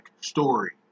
story